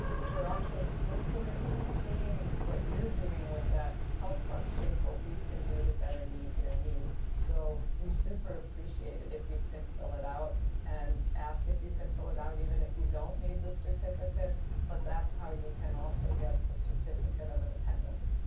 for us in school court, seeing what you're doing with that helps us shape what we can do to better meet your needs so we super appreciate it if you can fill it out and ask if you can fill it out, even if you don't need the certificate but that's how you can also get the certificate of attendance